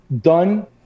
done